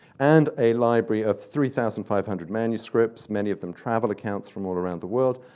and a library of three thousand five hundred manuscripts, many of them travel accounts from all around the world,